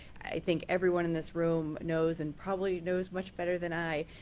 i think everyone in this room knows and probably knows much better than i,